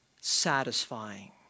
satisfying